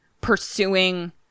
pursuing